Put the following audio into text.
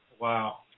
wow